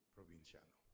Provinciano